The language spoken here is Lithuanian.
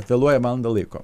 vėluoja valandą laiko